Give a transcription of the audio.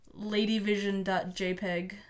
Ladyvision.jpg